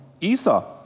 Esau